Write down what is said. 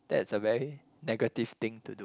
that's a very negative thing to do